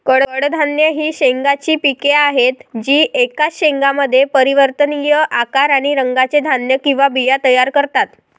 कडधान्ये ही शेंगांची पिके आहेत जी एकाच शेंगामध्ये परिवर्तनीय आकार आणि रंगाचे धान्य किंवा बिया तयार करतात